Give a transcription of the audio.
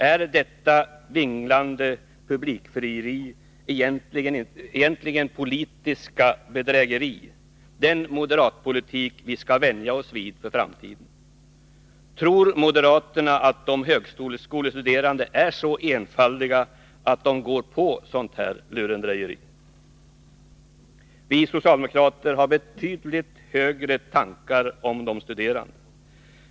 Är detta vinglande publikfrieri — egentligen detta politiska bedrägeri — den moderatpolitik vi skall vänja oss vid för framtiden? Tror moderaterna att de högskolestuderande är så enfaldiga att de går på sådant här lurendrejeri? Vi socialdemokrater har betydligt högre tankar om de studerande.